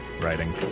Writing